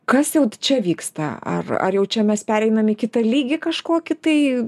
kas jau čia vyksta ar ar jau čia mes pereinam į kitą lygį kažkokį tai